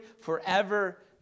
forever